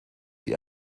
die